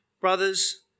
brothers